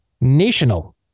national